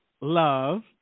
love